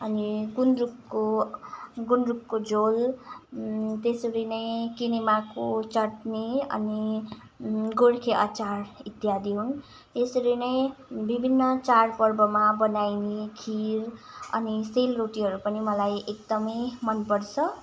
अनि गुन्द्रुकको गुन्द्रुकको झोल त्यसरी नै किनेमाको चटनी अनि गोर्खे अचार इत्यादि हुन् यसरी नै विभिन्न चाड पर्वमा बनाइने खिर अनि सेलरोटीहरू पनि मलाई एकदमै मन पर्छ